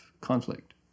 conflict